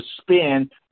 spend